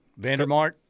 Vandermark